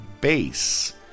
Base